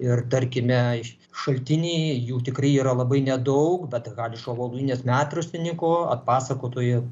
ir tarkime šaltiniai jų tikrai yra labai nedaug bet haličo voluinės metraštininko atpasakotojo